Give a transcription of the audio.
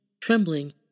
trembling